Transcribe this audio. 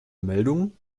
meldungen